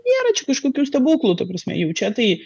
nėra čia kažkokių stebuklų ta prasme jau čia tai